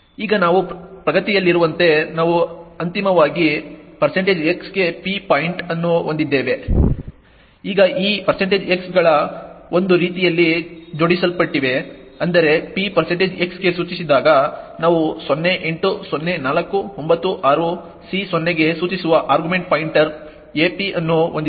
ಈಗ ನಾವು ಪ್ರಗತಿಯಲ್ಲಿರುವಂತೆ ನಾವು ಅಂತಿಮವಾಗಿ s ಗೆ p ಪಾಯಿಂಟ್ ಅನ್ನು ಹೊಂದಿದ್ದೇವೆ ಈಗ ಈ x ಗಳು ಒಂದು ರೀತಿಯಲ್ಲಿ ಜೋಡಿಸಲ್ಪಟ್ಟಿವೆ ಅಂದರೆ p s ಗೆ ಸೂಚಿಸಿದಾಗ ನಾವು 080496C0 ಗೆ ಸೂಚಿಸುವ ಆರ್ಗ್ಯುಮೆಂಟ್ ಪಾಯಿಂಟರ್ ap ಅನ್ನು ಹೊಂದಿದ್ದೇವೆ